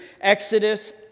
Exodus